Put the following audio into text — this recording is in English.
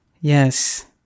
Yes